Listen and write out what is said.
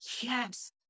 yes